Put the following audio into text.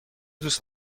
دوست